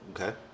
Okay